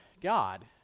God